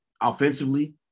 offensively